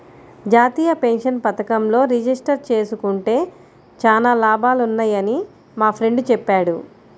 జాతీయ పెన్షన్ పథకంలో రిజిస్టర్ జేసుకుంటే చానా లాభాలున్నయ్యని మా ఫ్రెండు చెప్పాడు